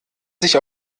sich